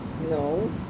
No